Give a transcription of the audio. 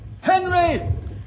Henry